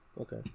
Okay